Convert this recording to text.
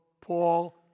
Paul